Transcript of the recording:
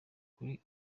kuri